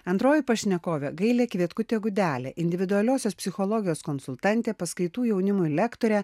antroji pašnekovė gailė kvietkutė gudelė individualiosios psichologijos konsultantė paskaitų jaunimui lektorė